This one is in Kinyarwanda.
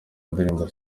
ndirimbo